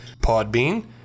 Podbean